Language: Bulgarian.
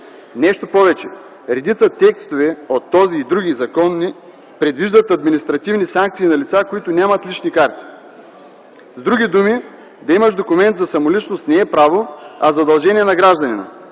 Нещо повече – редица текстове от този и други закони предвиждат административни санкции на лица, които нямат лични карти. С други думи, да имаш документ за самоличност не е право, а задължение на гражданина.